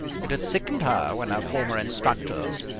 it had sickened her when her former instructors,